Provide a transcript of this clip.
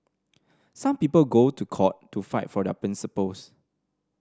some people go to court to fight for their principles